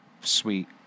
sweet